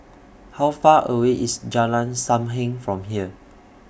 How Far away IS Jalan SAM Heng from here